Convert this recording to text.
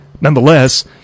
Nonetheless